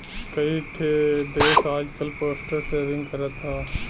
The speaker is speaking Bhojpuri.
कई ठे देस आजकल पोस्टल सेविंग करत हौ